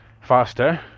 faster